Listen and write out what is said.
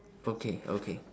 okay okay